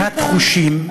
קהת חושים,